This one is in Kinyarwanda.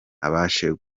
abashe